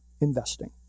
investing